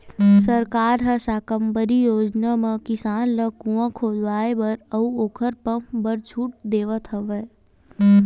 सरकार ह साकम्बरी योजना म किसान ल कुँआ खोदवाए बर अउ ओखर पंप बर छूट देवथ हवय